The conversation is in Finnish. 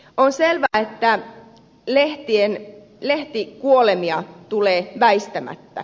on selvää että lehtikuolemia tulee väistämättä